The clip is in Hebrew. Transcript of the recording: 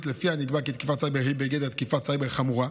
שלפיה נקבע כי תקיפת סייבר היא בגדר תקיפת סייבר חמורה.